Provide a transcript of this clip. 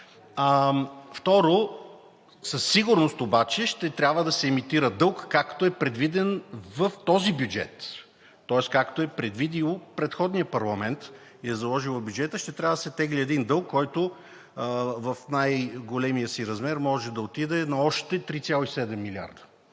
Второ, със сигурност обаче ще трябва да се емитира дълг, както е предвиден в този бюджет, тоест както е предвидил предходният парламент и е заложил в бюджета. Ще трябва да се тегли един дълг, който в най-големия си размер може да отиде на още 3,7 милиарда.